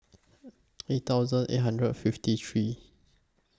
eight thousand eight hundred fifty three